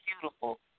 beautiful